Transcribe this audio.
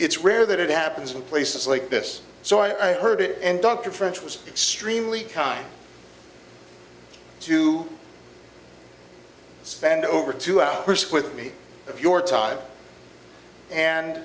it's rare that it happens in places like this so i heard it and dr french was extremely kind to spend over two hours with me of your time and